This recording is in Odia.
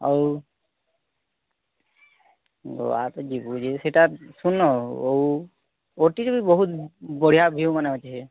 ଆଉ ଗୋଆ ତ ଯିବୁ ଯେ ସେଇଟା ଶୁଣୁନ ଆଉ ଓଟିକି ବି ବହୁତ୍ ବଢ଼ିଆ ଭିୟ୍ୟୁ ମାନ ଅଛି